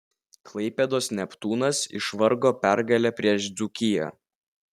klaipėdos neptūnas išvargo pergalę prieš dzūkiją